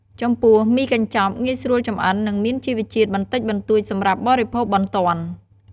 ចំពោះមីកញ្ចប់ ងាយស្រួលចម្អិន និងមានជីវជាតិបន្តិចបន្តួចសម្រាប់បរិភោគបន្ទាន់។